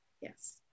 yes